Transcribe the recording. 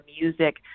music